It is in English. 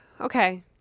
Okay